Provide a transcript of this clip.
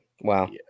Wow